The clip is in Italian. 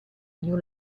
new